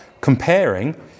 comparing